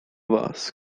was